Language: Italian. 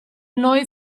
noi